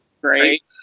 great